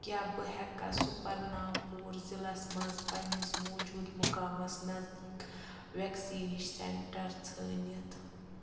کیٛاہ بہٕ ہٮ۪کھا سُپرنا پوٗر ضِلعس منٛز پنٕنِس موٗجوٗدٕ مُقامس نٔزدیٖک ویکسِنیٚشن سینٛٹر ژھٲنِتھ